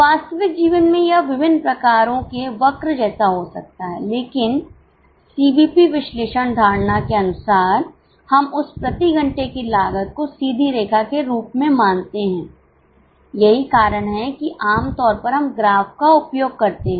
वास्तविक जीवन में यह विभिन्न प्रकारों के वक्र जैसा हो सकता है लेकिन सीवीपी विश्लेषण धारणा के अनुसार हम उस प्रति घंटे की लागत को सीधी रेखा के रूप में मानते हैं यही कारण है कि आम तौर पर हम ग्राफ का उपयोग करते हैं